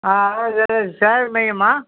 ஆ இது சேவை மையமா